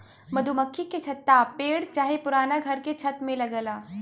मधुमक्खी के छत्ता पेड़ चाहे पुराना घर के छत में लगला